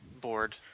board